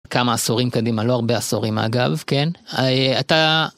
כמה עשורים קדימה, לא הרבה עשורים אגב כן, אתה.